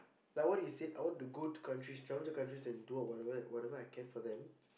like what you said I want to go to countries travel to countries and do whatever I can for them